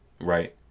right